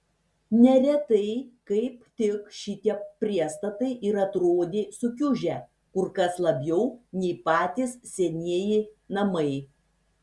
neretai kaip tik šitie priestatai ir atrodė sukiužę kur kas labiau nei patys senieji namai